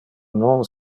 non